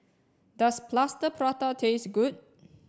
does plaster prata taste good